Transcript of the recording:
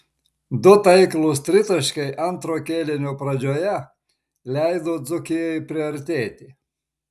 du taiklūs tritaškiai antro kėlinio pradžioje leido dzūkijai priartėti